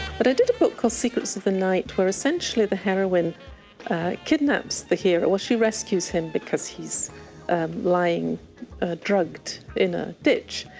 but i did a book called secrets of the night where essentially the heroine kidnaps the hero, or she rescues him because he's lying drugged in a ditch,